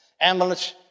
Ambulance